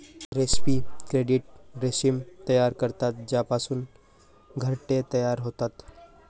रेस्पी क्रिकेट रेशीम तयार करतात ज्यापासून घरटे तयार होतात